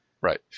Right